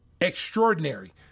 extraordinary